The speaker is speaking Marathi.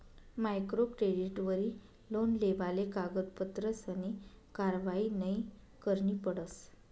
मायक्रो क्रेडिटवरी लोन लेवाले कागदपत्रसनी कारवायी नयी करणी पडस